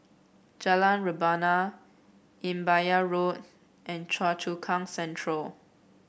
Jalan Rebana Imbiah Road and Choa Chu Kang Central